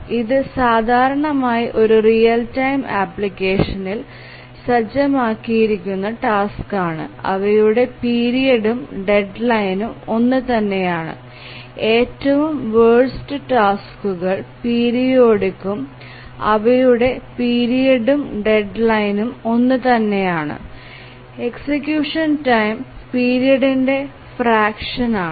ഇത് സാധാരണയായി ഒരു റിയൽ ടൈം അപ്ലിക്കേഷനിൽ സജ്ജമാക്കിയിരിക്കുന്ന ടാസ്ക് ആണ് അവയുടെ പീരിയഡ്ഉം ഡെഡ്ലൈനും ഒന്നുതന്നെയാണ് ഏറ്റവും വേർസ്റ് ടാസ്കുക്ൿ പീരിയോഡിക്കും അവയുടെ പീരിയഡ്ഉം ഡെഡ്ലൈനും ഒന്നുതന്നെയാണ് എക്സിക്യൂഷൻ ടൈം പീരിയഡ്ന്ടെ ഫ്രാക്ഷൻ ആണ്